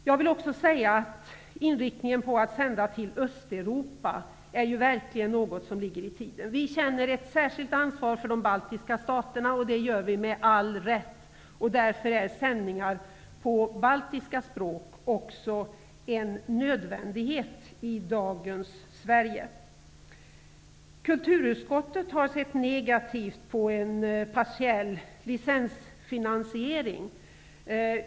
Jag vill också säga att inriktningen på att sända till Östeuropa är något som verkligen ligger i tiden. Vi känner med all rätt ett särskilt ansvar för de baltiska staterna, och därför är sändningar också på baltiska språk en nödvändighet i dagens Sverige. Kulturutskottet har sett negativt på en partiell licensfinansiering.